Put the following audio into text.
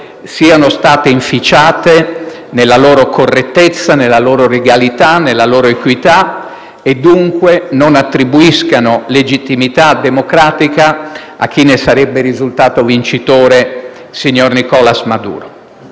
siano state inficiate nella loro correttezza, nella loro legalità e nella loro equità e, dunque, non attribuiscano legittimità democratica a chi ne sarebbe risultato vincitore, signor Nicolás Maduro.